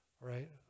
right